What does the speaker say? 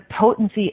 potency